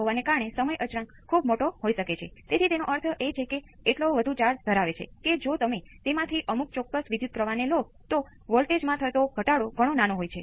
તમને એક જ કેપેસિટર મળશે પછી તમે શોધી શકો છો કે કેપેસિટર શું અવરોધ દેખાય છે તે અસરકારક કેપેસિટન્સ × અસરકારક રજીસ્ટન્સ જે ટાઈમ કોંસ્ટંટ છે